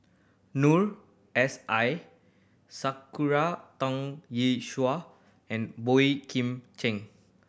Noor S I Sakura Teng Ying Shua and Boey Kim Cheng